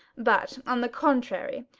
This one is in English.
but, on the contrary,